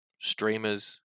streamers